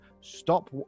stop